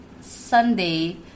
Sunday